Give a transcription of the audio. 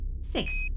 six